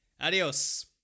Adios